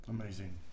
amazing